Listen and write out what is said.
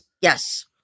yes